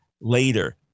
later